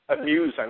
amusing